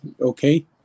okay